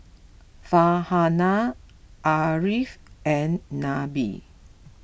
Farhanah Ariff and Nabil